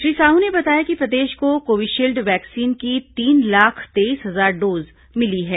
श्री साहू ने बताया कि प्रदेश को कोविशील्ड वैक्सीन की तीन लाख तेईस हजार डोज मिली है